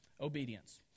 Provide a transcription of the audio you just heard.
Obedience